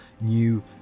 new